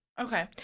Okay